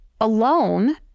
alone